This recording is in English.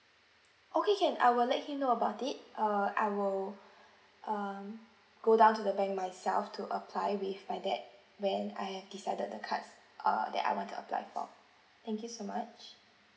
okay can I will let him know about it uh I will um go down to the bank myself to apply with my dad when I have decided the cards uh that I want to apply for thank you so much